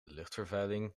luchtvervuiling